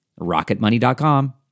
Rocketmoney.com